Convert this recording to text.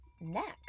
next